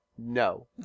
No